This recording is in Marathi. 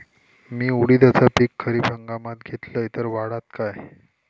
मी उडीदाचा पीक खरीप हंगामात घेतलय तर वाढात काय?